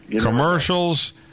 commercials